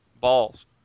balls